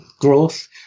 growth